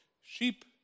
sheep